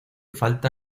falta